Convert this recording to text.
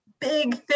big